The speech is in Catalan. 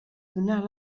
donar